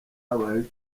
habayeho